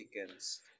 chickens